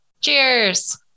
Cheers